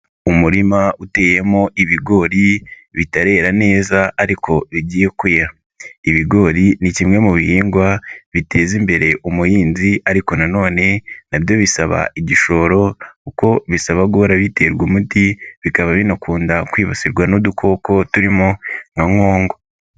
Umurima uteyemo ibigori bitarera neza ariko bigiye kwera. Ibigori ni kimwe mu bihingwa biteza imbere umuhinzi ariko nanone na byo bisaba igishoro kuko bisaba guhora biterwa umuti, bikaba binakunda kwibasirwa n'udukoko turimo nka nkongwa.